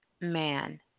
man